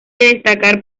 destacar